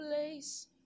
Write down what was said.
place